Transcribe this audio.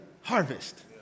harvest